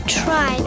try